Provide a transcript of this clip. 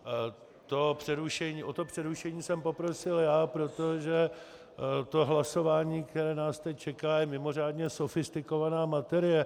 O to přerušení jsem poprosil já, protože to hlasování, které nás teď čeká, je mimořádně sofistikovaná materie.